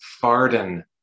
Farden